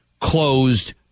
closed